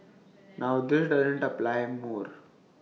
now this doesn't apply more